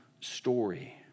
story